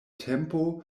tempo